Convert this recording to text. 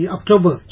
October